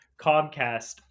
comcast